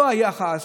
לא היחס,